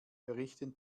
berichten